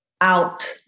out